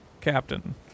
Captain